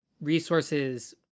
resources